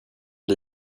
han